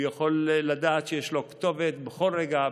הוא יכול לדעת שיש לו כתובת בכל רגע,